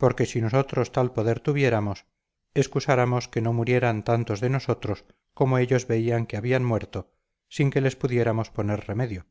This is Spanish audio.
porque si nosotros tal poder tuviéramos excusáramos que no murieran tantos de nosotros como ellos veían que habían muerto sin que les pudiéramos poner remedio